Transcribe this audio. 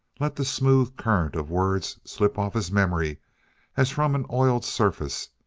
let the smooth current of words slip off his memory as from an oiled surface,